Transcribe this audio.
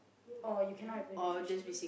or you cannot have relationships